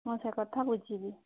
ମୁଁ ସେ କଥା ବୁଝିବି